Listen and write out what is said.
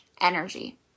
energy